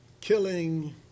killing